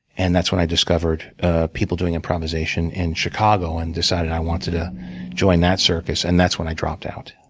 and that's when i discovered people doing improvisation in chicago, and decided i wanted to join that circus. and that's when i dropped out.